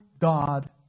God